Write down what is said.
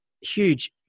huge